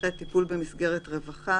(ח)טיפול במסגרת רווחה,